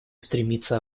стремится